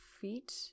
feet